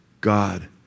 God